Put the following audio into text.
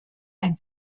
ein